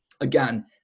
Again